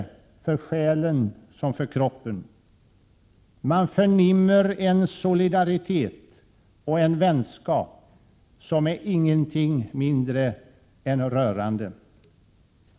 1987/88:130 för själen som för kroppen. Man förnimmer en solidaritet och en vänskap som är ingenting mindre än rörande.